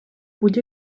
будь